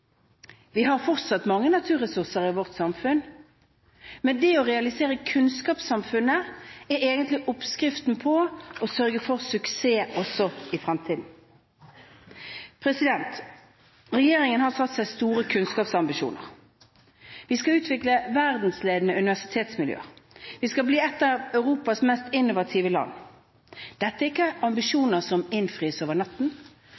Vi har fortsatt mange naturressurser i vårt samfunn, men det å realisere kunnskapssamfunnet er egentlig oppskriften på å sørge for suksess også i fremtiden. Regjeringen har satt seg store kunnskapsambisjoner. Vi skal utvikle verdensledende universitetsmiljøer. Vi skal bli et av Europas mest innovative land. Dette er ikke ambisjoner som innfris over natten;